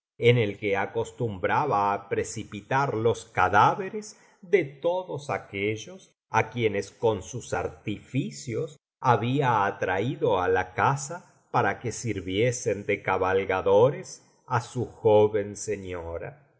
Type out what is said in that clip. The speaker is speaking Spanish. en el que acostumbraba á precipitar los cadáveres de todos aquellos á quienes con sus artificios había atraído á la casa para que sirviesen de cabalgadores á su joven señora el